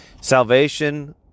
salvation